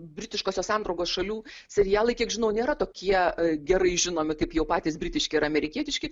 britiškosios sandraugos šalių serialai kiek žinau nėra tokie gerai žinomi kaip jau patys britiški ar amerikietiški